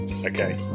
Okay